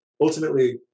ultimately